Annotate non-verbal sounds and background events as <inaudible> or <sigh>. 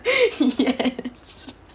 <laughs> yes